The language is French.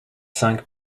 cinq